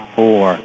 four